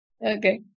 Okay